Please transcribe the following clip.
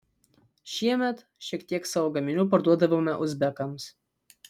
šiemet šiek tiek savo gaminių parduodavome uzbekams